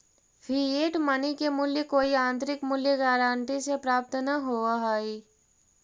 fiat money के मूल्य कोई आंतरिक मूल्य गारंटी से प्राप्त न होवऽ हई